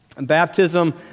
Baptism